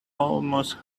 almost